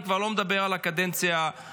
אני כבר לא מדבר על הקדנציה הראשונה.